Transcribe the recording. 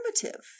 primitive